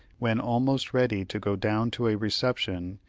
when almost ready to go down to a reception,